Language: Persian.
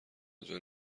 آنجا